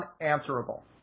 unanswerable